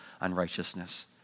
unrighteousness